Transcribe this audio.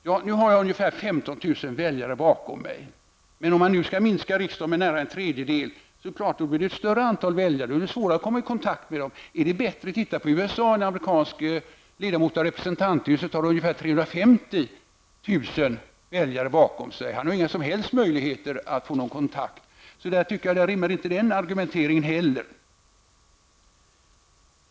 Jag har ungefär 15 000 väljare bakom mig. Om antalet ledamöter skall minskas med nästan en tredjedel, kommer det givetvis att stå fler väljare bakom varje ledamot, och då blir det naturligtvis ännu svårare att hålla kontakt med väljarna. Är det bättre i USA, där en ledamot av representanthuset har 350 000 väljare bakom sig? Han har inga som helst möjligheter att hålla kontakt med sina väljare. Därför tycker jag att inte heller den argumenteringen håller.